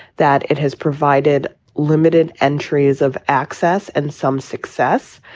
that it has provided limited entry's of access and some success.